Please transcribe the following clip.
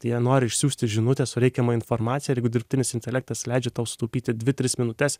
tai jie nori išsiųsti žinutę su reikiama informacija jeigu dirbtinis intelektas leidžia tau sutaupyti dvi tris minutes